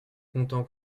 content